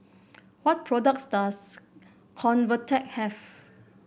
what products does Convatec have